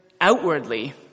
outwardly